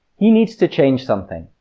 he needs to change something.